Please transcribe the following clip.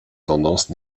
tendances